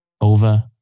Over